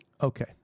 Okay